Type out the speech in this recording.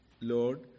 Lord